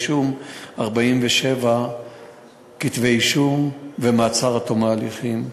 הוגשו 47 כתבי-אישום ובקשות מעצר עד תום ההליכים.